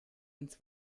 ins